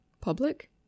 public